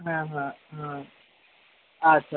হ্যাঁ হ্যাঁ হ্যাঁ আচ্ছা